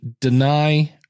deny